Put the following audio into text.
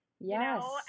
Yes